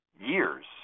years